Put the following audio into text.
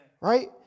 right